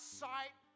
sight